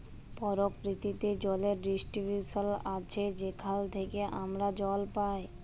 পরকিতিতে জলের ডিস্টিরিবশল আছে যেখাল থ্যাইকে আমরা জল পাই